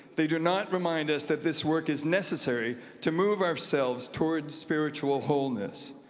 they do not remind us that this work is necessary to move ourselves towards spiritual wholeness.